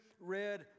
read